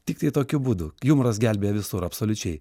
tiktai tokiu būdu jumoras gelbėja visur absoliučiai